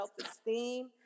self-esteem